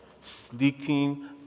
Sneaking